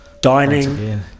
dining